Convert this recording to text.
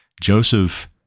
Joseph